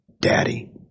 Daddy